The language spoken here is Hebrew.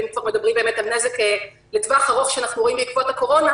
ואם כבר מדברים על נזק לטווח ארוך שאנחנו רואים בעקבות הקורונה,